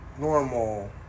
normal